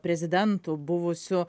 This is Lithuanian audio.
prezidentų buvusių